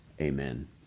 Amen